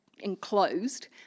enclosed